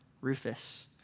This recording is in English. Rufus